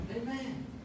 Amen